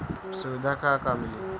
सुविधा का का मिली?